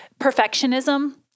perfectionism